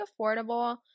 affordable